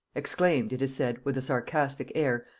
exclaimed, it is said, with a sarcastic air,